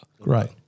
Right